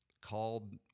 Called